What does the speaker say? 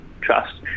Trust